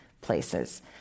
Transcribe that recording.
places